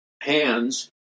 hands